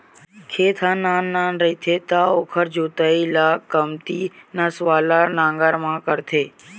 खेत ह नान नान रहिथे त ओखर जोतई ल कमती नस वाला नांगर म करथे